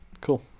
Cool